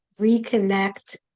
reconnect